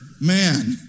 man